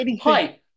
Hi